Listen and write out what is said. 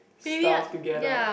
stuff together